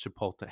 Chipotle